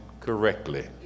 correctly